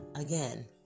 again